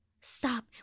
Stop